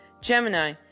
Gemini